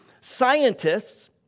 scientists